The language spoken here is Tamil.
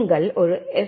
நீங்கள் ஒரு எஸ்